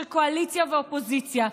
של קואליציה ואופוזיציה.